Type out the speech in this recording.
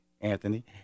Anthony